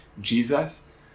Jesus